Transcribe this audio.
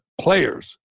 players